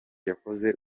yakoze